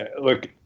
look